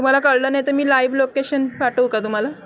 तुम्हाला कळलं नाही तर मी लाईव्ह लोकेशन पाठवू का तुम्हाला